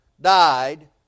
died